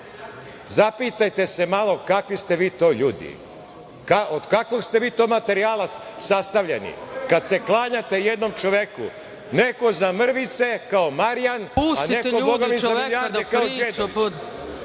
Zapitajte se malo kakvi ste vi to ljudi, od kakvog ste vi to materijala sastavljeni kad se klanjate jednom čoveku, neko za mrvice kao Marijan, a neko za milijarde kao Đedovićka.